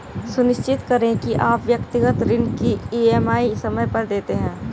सुनिश्चित करें की आप व्यक्तिगत ऋण की ई.एम.आई समय पर देते हैं